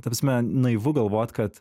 ta prasme naivu galvot kad